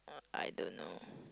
I don't know